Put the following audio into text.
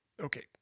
Okay